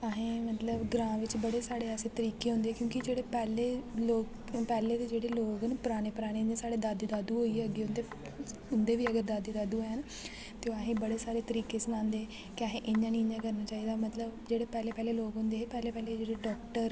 अहे्ं मतलब ग्रांऽ बिच बड़े साढ़े ऐसे तरीके होंदे क्योंकि जेह्ड़े पैह्ले लोक पैह्ले दे जेह्ड़े लोक न परानें परानें जि'यां साढ़े दादी दादू होइये अग्गें उं'दे उं'दे बी अगर दादी दादू हैन ते ओह् असें ई बड़े सारे तरीके सनांदे कि अहें इ'यां नेईं इ'यां करना चाहि्दा मतलब जेह्ड़े पैह्ले पैह्ले लोक होंदे हे पैह्ले पैह्ले जेह्ड़े डॉक्टर